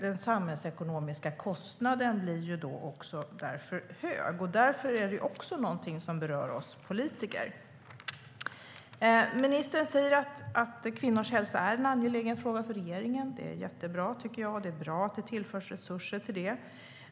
Den samhällsekonomiska kostnaden blir därför hög, något som också berör oss politiker. Ministern säger att kvinnors hälsa är en angelägen fråga för regeringen. Det är jättebra, och det är bra att det tillförs resurser till det.